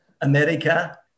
America